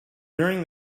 during